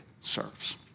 serves